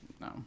no